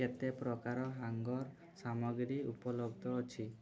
କେତେ ପ୍ରକାର ହ୍ୟାଙ୍ଗର୍ ସାମଗ୍ରୀ ଉପଲବ୍ଧ ଅଛି